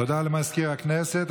תודה למזכיר הכנסת.